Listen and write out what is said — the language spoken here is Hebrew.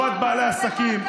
לטובת בעלי עסקים,